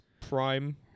Prime